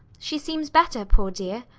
she seems better, poor dear.